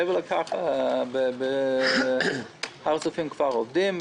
מעבר לכך בהר הצופים כבר עובדים,